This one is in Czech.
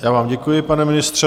Já vám děkuji, pane ministře.